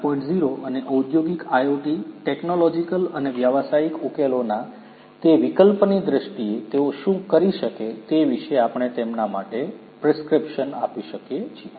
0 અને ઔદ્યોગિક IoT technological અને વ્યવસાયિક ઉકેલોના તે વિકલ્પની દ્રષ્ટિએ તેઓ શું કરી શકે તે વિશે આપણે તેમના માટે પ્રિસ્ક્રિપ્શન આપી શકીએ છીએ